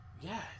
Yes